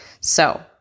So-